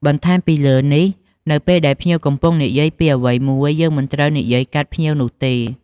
បន្ថែមពីលើនេះ នៅពេលដែលភ្ញៀវកំពុងនិយាយពីអ្វីមួយ យើងមិនត្រូវនិយាយកាត់ភ្ញៀវនោះទេ។